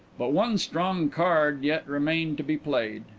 but one strong card yet remained to be played,